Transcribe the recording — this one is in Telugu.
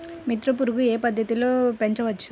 మిత్ర పురుగులు ఏ పద్దతిలో పెంచవచ్చు?